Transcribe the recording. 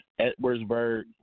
Edwardsburg